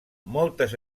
moltes